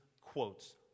quotes